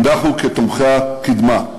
אנחנו כתומכי הקדמה,